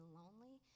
lonely